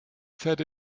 set